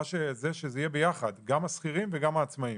שזה יהיה ביחד, גם השכירים וגם העצמאים.